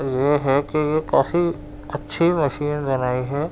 یہ ہے کہ یہ کافی اچھی مشین بنائی ہے